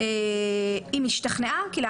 פה הכול